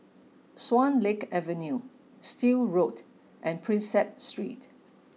Swan Lake Avenue Still Road and Prinsep Street